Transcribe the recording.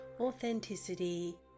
authenticity